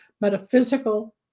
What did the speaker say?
metaphysical